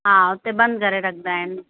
हा हुते बंदि करे रखंदा आहिनि